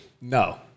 No